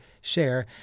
share